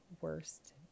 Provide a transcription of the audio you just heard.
worst